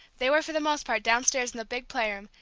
they were for the most part downstairs in the big playroom,